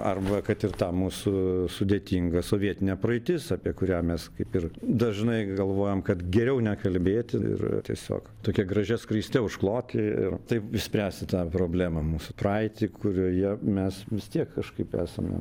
ar va kad ir ta mūsų sudėtinga sovietinė praeitis apie kurią mes kaip ir dažnai galvojam kad geriau nekalbėti ir tiesiog tokia gražia skraiste užkloti ir taip išspręsti tą problemą mūsų praeitį kurioje mes vis tiek kažkaip esame